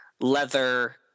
leather